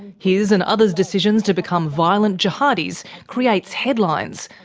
his and others' decisions to become violent jihadis creates headlines,